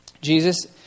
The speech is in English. Jesus